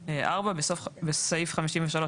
התפקיד."; (4)בסעיף 53,